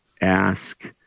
ask